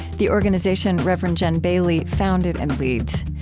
the organization rev. and jen bailey founded and leads.